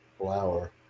Flower